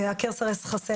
סרס,